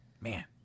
Man